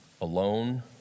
alone